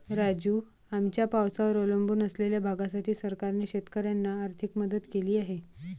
राजू, आमच्या पावसावर अवलंबून असलेल्या भागासाठी सरकारने शेतकऱ्यांना आर्थिक मदत केली आहे